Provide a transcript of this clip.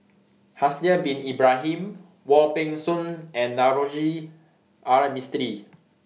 Haslir Bin Ibrahim Wong Peng Soon and Navroji R Mistri